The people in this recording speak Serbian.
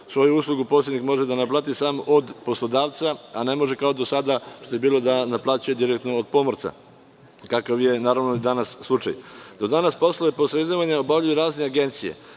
Svoju uslugu posrednik može da naplati sam od poslodavca a ne može kao do sada što je bilo da naplaćuje direktno od pomorca, kakav je i danas slučaj. Do danas poslove posredovanja obavljaju razne agencije